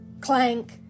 clank